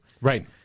Right